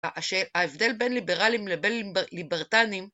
ההבדל בין ליברליים לבין ליברטניים